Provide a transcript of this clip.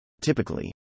Typically